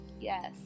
Yes